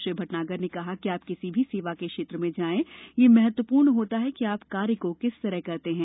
श्री भटनागर ने कहा कि आप किसी भी सेवा क्षेत्र में जाएं ये महत्वप्र्ण होता है कि आप कार्य को किस तरह करते हैं